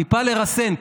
טיפה לרסן,